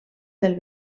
del